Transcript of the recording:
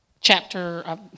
chapter